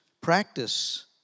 practice